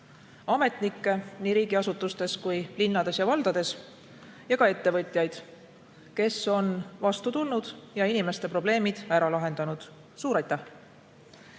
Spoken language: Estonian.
ametnikke nii riigiasutustes kui ka linnades‑valdades ning ettevõtjaid, kes on vastu tulnud ja inimeste probleemid ära lahendanud. Suur